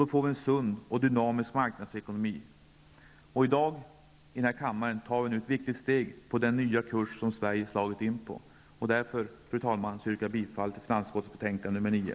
Vi får också en sund och dynamisk marknadsekonomi. I dag tar vi i denna kammare ett viktigt steg på den nya kurs som Sverige slagit in på. Därför, fru talman, yrkar jag bifall till hemställan i finansutskottets betänkande 9.